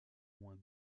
moins